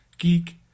Geek